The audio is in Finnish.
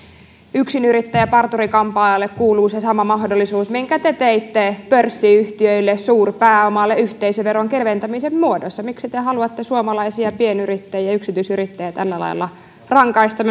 yksinyrittäjäparturi kampaajalle kuuluu se sama mahdollisuus minkä te te teitte pörssiyhtiöille suurpääomalle yhteisöveron keventämisen muodossa miksi te te haluatte suomalaisia pienyrittäjiä yksi tyisyrittäjiä tällä lailla rangaista